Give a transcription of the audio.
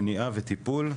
מניעה וטיפול,